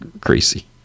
crazy